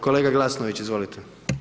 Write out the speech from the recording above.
Kolega Glasnović, izvolite.